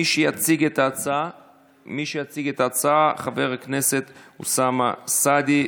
מי שיציג את ההצעה הוא חבר הכנסת אוסאמה סעדי,